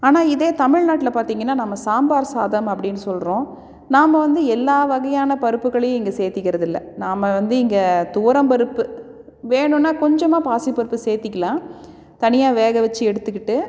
ஆனால் இதே தமிழ்நாட்டில் பார்த்தீங்கன்னா நம்ம சாம்பார் சாதம் அப்படின்னு சொல்கிறோம் நாம வந்து எல்லா வகையான பருப்புகளையும் இங்கே சேர்த்திக்கிறது இல்லை நாம வந்து இங்க துவரம் பருப்பு வேணும்னா கொஞ்சமாக பாசிப்பருப்பு சேர்த்திக்கிலாம் தனியாக வேக வச்சி எடுத்துக்கிட்டு